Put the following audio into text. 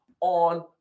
on